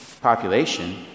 population